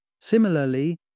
Similarly